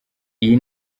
iyi